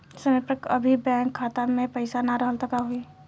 समय पर कभी बैंक खाता मे पईसा ना रहल त का होई?